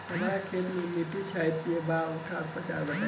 हमर खेत के मिट्टी क्षारीय बा कट्ठा उपचार बा?